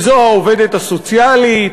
וזו העובדת הסוציאלית,